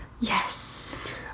Yes